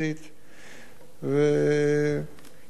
כן, כדאי להבין שצריך לחיות פה ביחד.